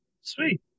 Sweet